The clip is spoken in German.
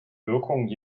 wirkung